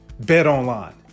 BetOnline